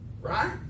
right